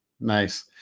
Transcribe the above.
Nice